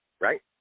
Right